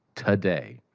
today,